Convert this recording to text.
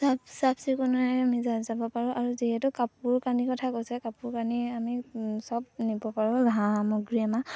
চাফ চাফচিকুণৰে আমি যে যাব পাৰোঁ আৰু যিহেতু কাপোৰ কানি কথা কৈছে কাপোৰ কানি আমি চব নিব পাৰোঁ সা সামগ্ৰী আমাৰ